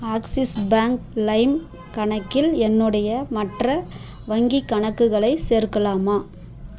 axis bank Lime கணக்கில் என்னுடைய மற்ற வங்கிக் கணக்குகளை சேர்க்கலாமா